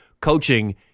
coaching